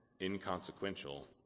inconsequential